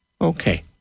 Okay